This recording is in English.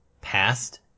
past